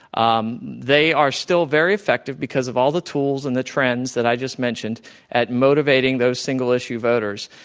um they are still very effective because of all the tools and the trends that i just mentioned at motivating those single-issue voters.